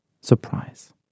surprise